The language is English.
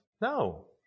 No